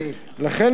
לכן,